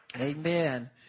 Amen